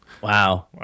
Wow